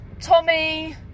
Tommy